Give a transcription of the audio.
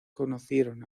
conocieron